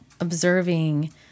observing